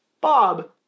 Bob